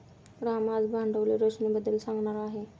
राम आज भांडवली रचनेबद्दल सांगणार आहे